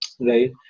right